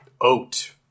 oat